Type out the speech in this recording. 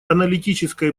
аналитическая